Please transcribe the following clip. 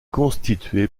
constituée